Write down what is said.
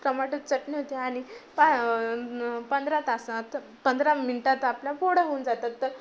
टोमॅटोची चटणी होते आणि त्या पंधरा तासात पंधरा मिनटात आपल्या पोळ्या होऊन जातात तर